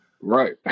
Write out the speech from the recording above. right